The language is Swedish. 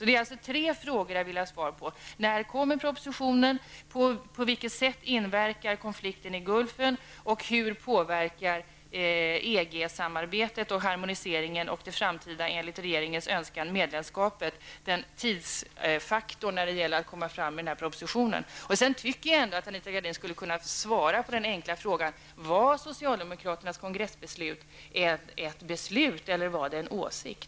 Det är alltså tre frågor som jag vill ha svar på: När kommer propositionen, på vilket sätt påverkar konflikten i Gulfen och hur påverkar EG-samarbetet och harmoniseringen och det framtida, enligt regeringens önskan, medlemskapet tidsfaktorn när det gäller att lägga fram en proposition? Jag tycker ändå att Anita Gradin skulle kunna svara på den enkla frågan: Var det socialdemokratiska kongressbeslutet ett beslut eller en åsikt?